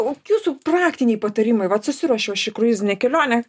o jūsų praktiniai patarimai vat susiruošiau aš į kruizinę kelionę